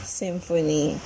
symphony